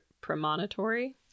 premonitory